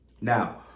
Now